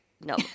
No